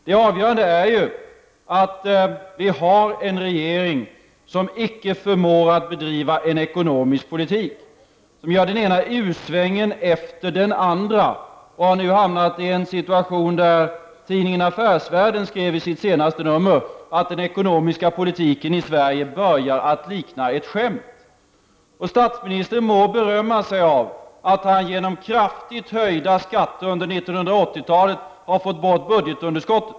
Det avgörande är att vi har en regering som icke förmår bedriva en ekonomisk politik, en regering som gör den ena u-svängen efter den andra och nu har hamnat i en situation som har fått tidningen Affärsvärlden att i sitt senaste nummer skriva att den ekonomiska politiken i Sverige börjar att likna ett skämt. Statsministern må berömma sig av att han genom kraftigt höjda skatter under 1980-talet har fått bort budgetunderskottet.